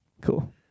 cool